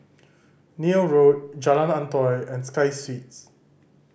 Neil Road Jalan Antoi and Sky Suites